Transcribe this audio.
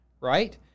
right